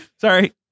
Sorry